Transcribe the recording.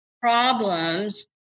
problems